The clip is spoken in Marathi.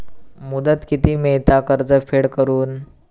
मुदत किती मेळता कर्ज फेड करून?